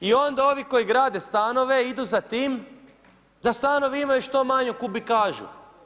I onda ovi koji grade stanove idu za tim da stanovi imaju što manju kubikažu.